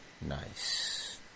Nice